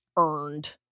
earned